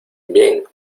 bien